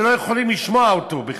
שלא יכולים לשמוע אותו בכלל.